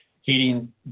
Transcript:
heating